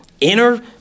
inner